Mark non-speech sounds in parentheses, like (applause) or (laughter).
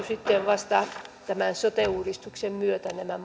(unintelligible) sitten vasta tämän sote uudistuksen myötä nämä (unintelligible)